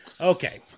Okay